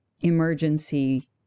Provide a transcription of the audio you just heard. emergency